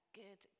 good